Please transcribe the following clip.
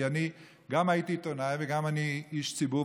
כי אני גם הייתי עיתונאי וגם אני איש ציבור,